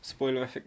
spoilerific